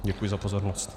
Děkuji za pozornost.